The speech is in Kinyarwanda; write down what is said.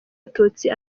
abatutsi